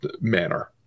manner